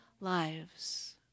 lives